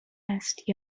است